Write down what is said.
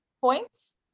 points